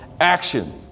action